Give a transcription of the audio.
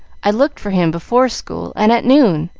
i looked for him before school, and at noon,